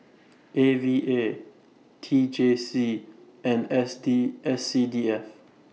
A V A T J C and S D S C D F